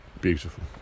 beautiful